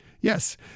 Yes